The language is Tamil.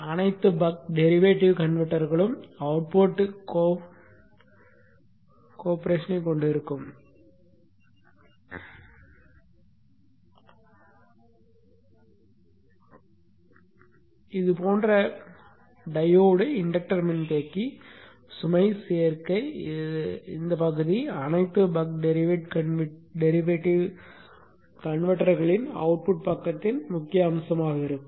அனைத்து பக் டெரிவேட் கன்வெர்ட்டர்களும் அவுட்புட் கோ போர்ஷனைக் கொண்டிருக்கும் இது போன்ற டையோடு இண்டக்டர் மின்தேக்கி சுமை சேர்க்கை இந்த பகுதி அனைத்து பக் டெரிவேட் கன்வெர்ட்டர்களின் அவுட்புட் பக்கத்தின் முக்கிய அம்சமாக இருக்கும்